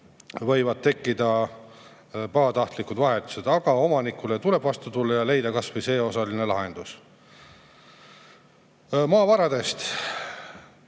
võivad tekkida pahatahtlikud vahetused. Aga omanikule tuleb vastu tulla ja leida kas või osaline lahendus. Maavaradest.